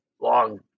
long